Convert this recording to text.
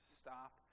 stop